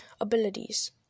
Abilities